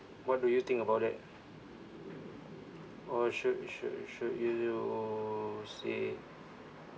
what do you think about that or should should should you say